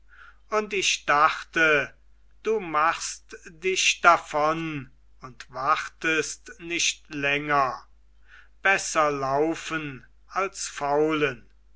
und ich dachte du machst dich davon und wartest nicht länger besser laufen als faulen